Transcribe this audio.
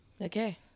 Okay